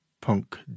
punk